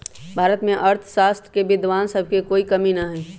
भारत में अर्थशास्त्र के विद्वान सब के कोई कमी न हई